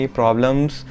problems